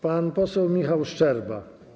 Pan poseł Michał Szczerba.